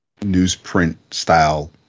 newsprint-style